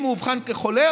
אם הוא אובחן כחולה,